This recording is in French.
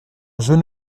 jeune